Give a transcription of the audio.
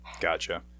Gotcha